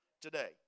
today